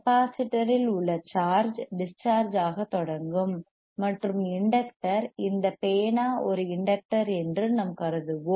capacitor இல் உள்ள charge discharge ஆக தொடங்கும் மற்றும் இண்டக்டர் இந்த பேனா ஒரு இண்டக்டர் என்று நாம் கருதுவோம்